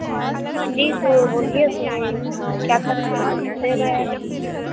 जी तो बोलिए उसमें क्या करना है हमको दे रहे हैं